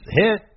hit